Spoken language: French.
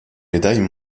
médailles